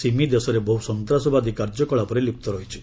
ସିମି ଦେଶରେ ବହୁ ସନ୍ତାସବାଦୀ କାର୍ଯ୍ୟକଳାପରେ ଲିପ୍ତ ରହିଛି